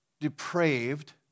depraved